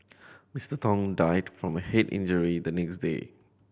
Mister Tong died from a head injury the next day